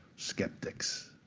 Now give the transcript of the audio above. skeptics.